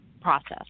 process